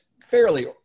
fairly